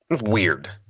Weird